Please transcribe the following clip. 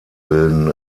bilden